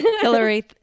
Hillary